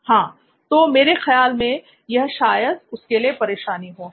हाँ तो मेरे ख्याल में यह शायद उसके लिए परेशानी हो